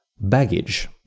baggage